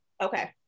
Okay